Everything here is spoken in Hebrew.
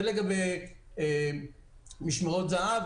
זה לגבי משמרות הזה"ב.